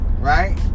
right